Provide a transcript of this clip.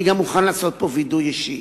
אני גם מוכן לעשות פה וידוי אישי: